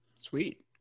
sweet